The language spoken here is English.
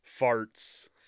farts